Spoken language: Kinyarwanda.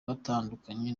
batandukanye